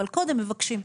אבל קודם מבקשים.